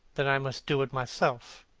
then i must do it myself,